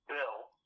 Bill